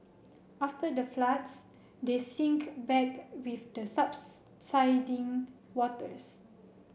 after the floods they sink back with the subsiding waters